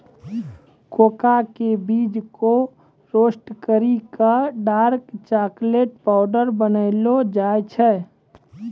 cocoa के बीज कॅ रोस्ट करी क डार्क चाकलेट पाउडर बनैलो जाय छै